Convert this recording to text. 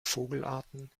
vogelarten